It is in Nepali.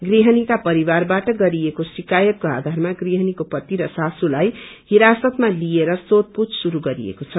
गृहणीका परिवारबाट गरिएको शिक्रयतको आधारमा गृहणीको पति र सासुलाई हिरासतमा लिएर सोध पूछ शुरू गरिएको छ